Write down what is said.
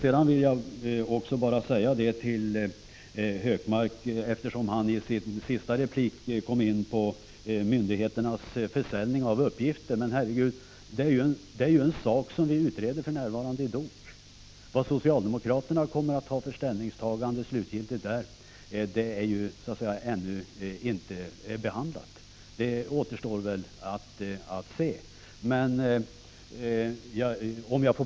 Jag vill vidare till Gunnar Hökmark, som i sin sista replik kom in på myndigheternas försäljning av uppgifter, säga att det är en sak som vi för närvarande utreder i DOK. Vilket slutgiltigt ställningstagande socialdemokraterna i utredningen kommer fram till är ännu inte klart. Det återstår att se.